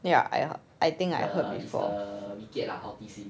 ya I heard I think I heard before